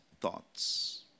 thoughts